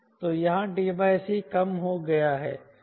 तो यहाँ t c कम हो गया है